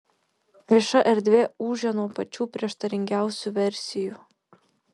vieša erdvė ūžia nuo pačių prieštaringiausių versijų